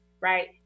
right